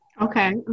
Okay